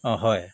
অঁ হয়